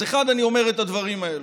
אז אני אומר את הדברים האלו.